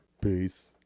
Peace